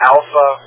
Alpha